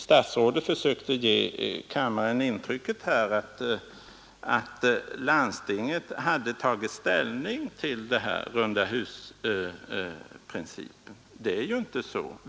Statsrådet försökte ge kammaren intrycket att landstinget hade tagit ställning till rundahusprincipen. Det är inte så.